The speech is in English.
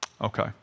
Okay